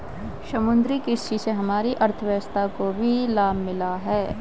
समुद्री कृषि से हमारी अर्थव्यवस्था को भी लाभ मिला है